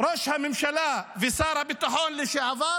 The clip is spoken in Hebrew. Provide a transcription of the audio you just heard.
ראש הממשלה ושר הביטחון לשעבר?